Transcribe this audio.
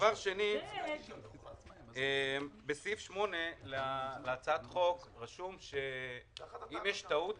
הדבר השני, בסעיף 8 להצעת החוק רשום שאם יש טעות